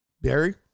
Barry